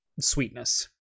sweetness